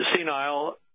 senile